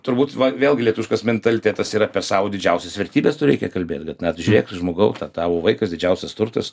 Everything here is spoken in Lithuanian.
turbūt va vėlgi lietuviškas mentalitetas yra per savo didžiausias vertybes tu reikia kalbėt kad na žiūrėk žmogau kad tavo vaikas didžiausias turtas